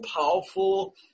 powerful